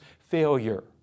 failure